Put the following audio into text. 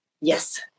Yes